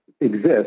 exist